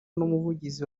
n’umuvugizi